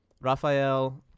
Raphael